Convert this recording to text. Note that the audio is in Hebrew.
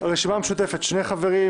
סיעת הרשימה המשותפת שני חברים,